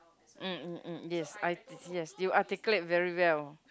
um um um yes I yes you articulate very well